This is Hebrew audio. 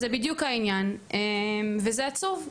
זה בדיוק העניין, וזה עצוב.